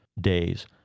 days